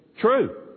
True